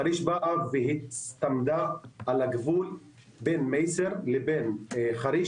חריש באה ונצמדה לגבול שבין מייסר לחריש.